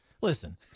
Listen